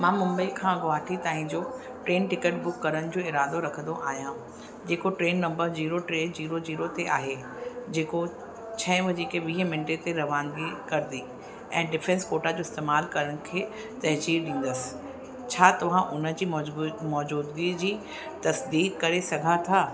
मां मुम्बई खां गुवाहाटी ताईं जो ट्रेन टिकट बुक करण जो इरादो रखंदो आहियां जेको ट्रेन नंबर जीरो टे जीरो जीरो ते आहे जेको छहें वॼे के वीह मिन्टे ते रवानगी कंदी ऐं डिफेंस कोटा जो इस्तेमालु करण खे तैजीह ॾींदसि छा तव्हां उन जी मौजू मौज़ूदगीअ जी तसिदीक़ु करे सघो था